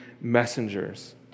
messengers